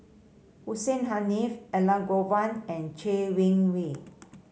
Hussein Haniff Elangovan and Chay Weng Yew